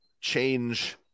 change